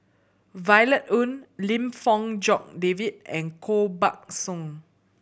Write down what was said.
Violet Oon Lim Fong Jock David and Koh Buck Song